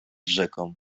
rzeką